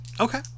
Okay